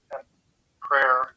prayer